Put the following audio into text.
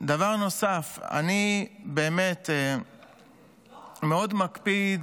דבר נוסף: אני באמת מאוד מקפיד,